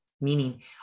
meaning